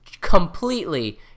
completely